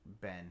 Ben